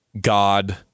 God